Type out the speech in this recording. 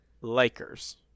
Lakers